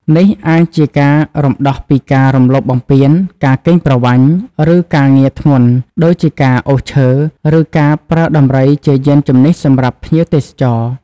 នេះអាចជាការរំដោះពីការ រំលោភបំពាន ការកេងប្រវ័ញ្ច ឬការងារធ្ងន់ ដូចជាការអូសឈើ ឬការប្រើដំរីជាយានជំនិះសម្រាប់ភ្ញៀវទេសចរ។